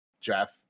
jeff